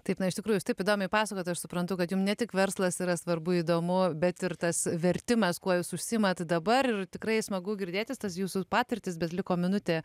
taip na iš tikrųjų taip įdomiai pasakojat tai aš suprantu kad jums ne tik verslas yra svarbu įdomu bet ir tas vertimas kuo jūs užsiimat dabar ir tikrai smagu girdėti tas jūsų patirtis bet liko minutė